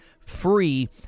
free